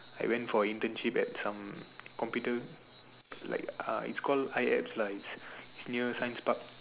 I went for internship at some computer like uh it's called iLabs lah it's near science park